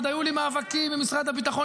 עוד היו לי מאבקים עם משרד הביטחון.